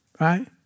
right